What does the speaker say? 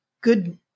good